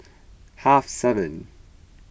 half seven